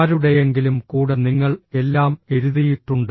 ആരുടെയെങ്കിലും കൂടെ നിങ്ങൾ എല്ലാം എഴുതിയിട്ടുണ്ട്